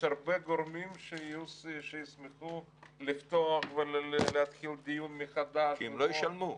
יש הרבה גורמים שישמחו לפתוח ולהתחיל דיון מחדש -- כי הם לא ישלמו.